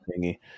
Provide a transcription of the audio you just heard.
thingy